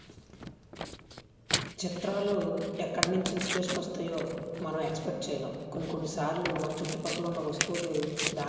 పశ్చిమగోదావరి జిల్లా తూర్పుగోదావరి జిల్లా ప్రకాశం జిల్లా గుంటూరు జిల్లా విజయనగరం జిల్లా